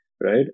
right